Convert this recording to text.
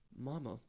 Mama